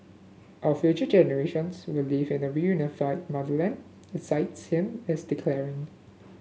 our future generations will live in a reunified motherland it cites him as declaring